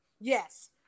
Yes